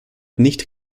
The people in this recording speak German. nicht